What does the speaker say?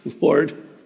Lord